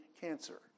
cancer